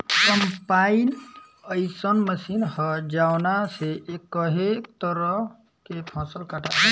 combine अइसन मशीन ह जवना से कए तरह के फसल कटाला